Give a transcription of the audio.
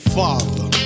father